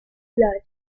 blood